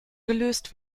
gelöst